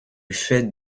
fait